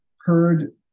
heard